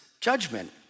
judgment